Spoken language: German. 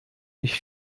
ich